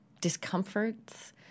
discomforts